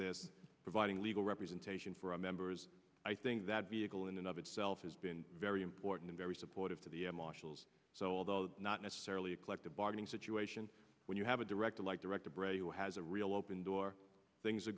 this providing legal representation for our members i think that vehicle in and of itself has been very important and very supportive to the air marshals so although not necessarily a collective bargaining situation when you have a director like director brady who has a real open door things are